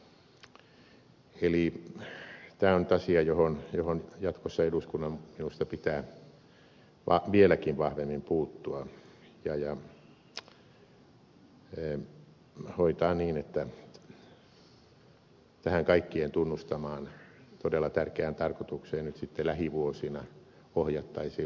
eli tämä on nyt asia johon jatkossa eduskunnan minusta pitää vieläkin vahvemmin puuttua ja hoitaa niin että tähän kaikkien tunnustamaan todella tärkeään tarkoitukseen nyt sitten lähivuosina ohjattaisiin huomattavasti enemmän varoja